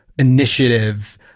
Initiative